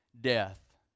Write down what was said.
death